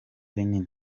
rinini